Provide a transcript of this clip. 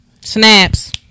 Snaps